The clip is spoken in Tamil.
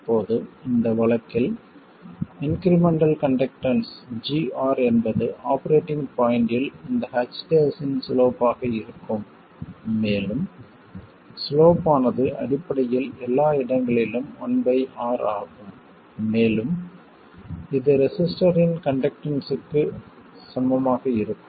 இப்போது இந்த வழக்கில் இன்க்ரிமெண்டல் கண்டக்டன்ஸ் gR என்பது ஆபரேட்டிங் பாய்ண்ட்டில் இந்த h இன் சிலோப் ஆக இருக்கும் மேலும் சிலோப் ஆனது அடிப்படையில் எல்லா இடங்களிலும் 1R ஆகும் மேலும் இது ரெசிஸ்டரின் கண்டக்டன்ஸ்க்கு சமமாக இருக்கும்